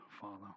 follow